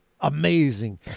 amazing